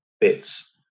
bits